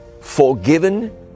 Forgiven